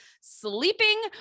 sleeping